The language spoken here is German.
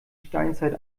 steinzeit